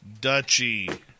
duchy